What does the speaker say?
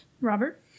Robert